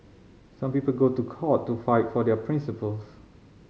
some people go to court to fight for their principles